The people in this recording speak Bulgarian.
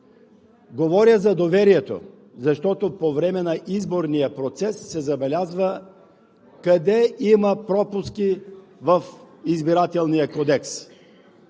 Говоря за доверието, защото по време на изборния процес се забелязва къде има пропуски в Избирателния кодекс.